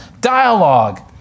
dialogue